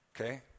okay